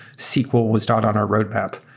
sql was not on our roadmap.